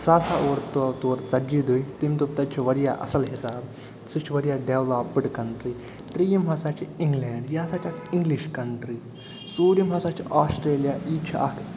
سُہ ہسا تو تورٕ ژتجی دۄہہِ تٔمۍ دوٚپ تَتہِ چھُ وارِیاہ اَصٕل حِساب سُہ چھِ وارِیاہ ڈٮ۪ولاپٕڈ کنٛٹری ترٛیٚیِم ہسا چھِ انٛگلینڈ یہِ ہسا چھِ اکھ اِنٛگلِش کنٛٹری ژوٗرِم ہسا چھِ آسٹیٚلِیا یہِ چھِ اَکھ